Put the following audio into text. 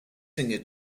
singer